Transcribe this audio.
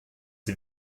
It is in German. sie